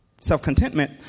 self-contentment